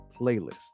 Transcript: playlist